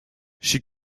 she